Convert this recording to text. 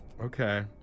Okay